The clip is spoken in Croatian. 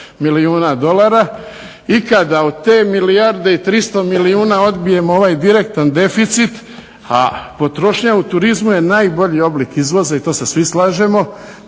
milijuna dolara. I kada od te milijarde i 300 milijuna odbijemo ovaj direktan deficit, a potrošnja u turizmu je najbolji oblik izvoza i to se svi slažemo,